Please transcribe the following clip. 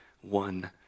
one